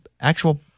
actual